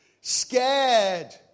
scared